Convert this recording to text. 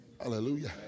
Hallelujah